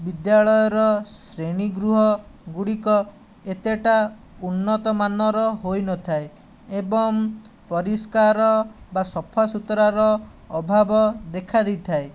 ବିଦ୍ୟାଳୟର ଶ୍ରେଣୀଗୃହଗୁଡ଼ିକ ଏତେଟା ଉନ୍ନତମାନର ହୋଇନଥାଏ ଏବଂ ପରିଷ୍କାର ବା ସଫାସୁତୁରାର ଅଭାବ ଦେଖାଦେଇଥାଏ